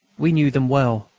we knew them well,